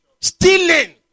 Stealing